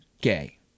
gay